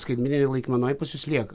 skaitmeninėj laikmenoj pas jus lieka